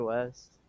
West